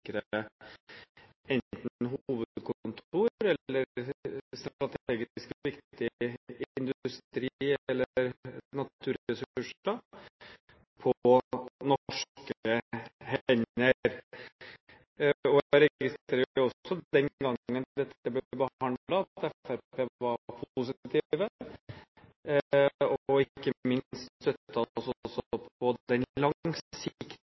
enten hovedkontor eller strategisk viktig industri eller naturressurser på norske hender. Jeg registrerer også at den gang da dette ble behandlet, var Fremskrittspartiet positiv til det og ikke minst